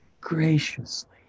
graciously